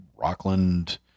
Rockland